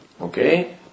Okay